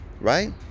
right